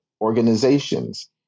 organizations